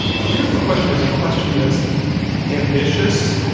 a beautiful question is a question that's ambitious.